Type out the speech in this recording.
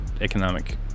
economic